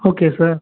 okay sir